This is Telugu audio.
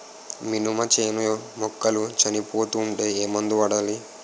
మినప చేను మొక్కలు చనిపోతూ ఉంటే ఏమందు వాడాలి?